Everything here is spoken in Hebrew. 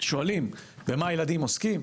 שואלים במה הילדים עוסקים,